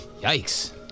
Yikes